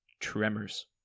Tremors